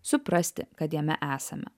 suprasti kad jame esame